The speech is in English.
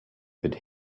could